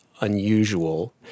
unusual